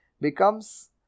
becomes